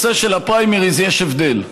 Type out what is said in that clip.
הפריימריז יש הבדל.